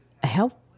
Help